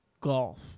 golf